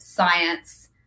science